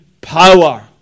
power